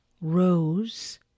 rose